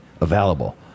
available